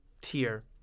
tier